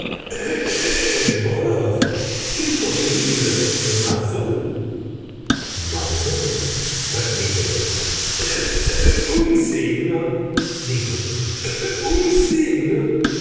imposible masón masón repliqué un signo dijo